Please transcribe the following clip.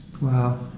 Wow